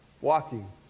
walking